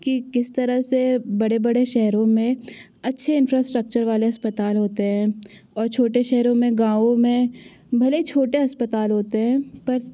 कि किस तरह से बड़े बड़े शहरों में अच्छे इन्फ्रास्ट्रक्चर वाले अस्पताल होते हैं और छोटे शहरों में गाँवो में भले ही छोटे अस्पताल होते हैं पर